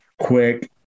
quick